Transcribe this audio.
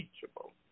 teachable